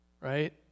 Right